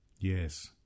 Yes